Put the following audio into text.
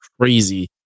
crazy